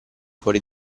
fuori